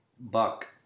Buck